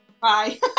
bye